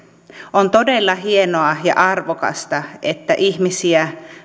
on todella hienoa ja arvokasta että ihmisiä